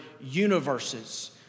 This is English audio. universes